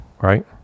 right